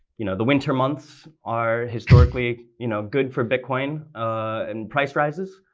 you know, the winter months are historically, you know, good for bitcoin and price rises.